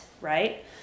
right